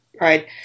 right